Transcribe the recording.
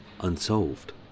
unsolved